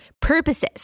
purposes